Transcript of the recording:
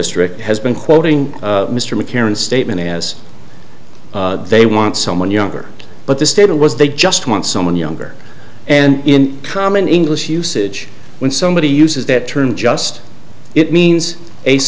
district has been quoting mr mccarran statement as they want someone younger but the state was they just want someone younger and in common english usage when somebody uses that term just it means a